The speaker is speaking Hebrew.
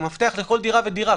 מפתח לכל דירה ודירה.